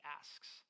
asks